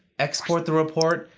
export the report,